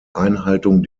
einhaltung